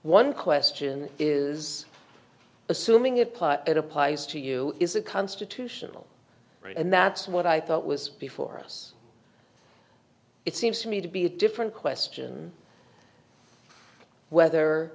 one question is assuming it applies to you is a constitutional right and that's what i thought was before us it seems to me to be a different question whether